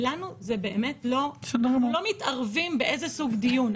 -- אנחנו לא מתערבים באיזה סוג דיון.